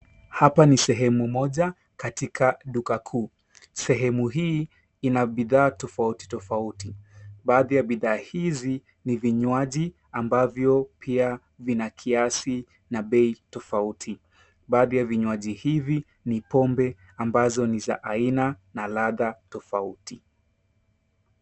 Hapa ni sehemu moja katika duka kuu. Sehemu hii ina bidhaa tofauti tofauti. Baadhi ya bidhaa hizi ni vinywaji ambavyo pia vina kiasi na bei tofauti. Baadhi ya vinywaji hivi ni pombe ambazo ni za aina na ladha tofauti.